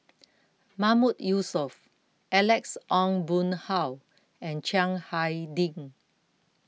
Mahmood Yusof Alex Ong Boon Hau and Chiang Hai Ding